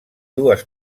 dues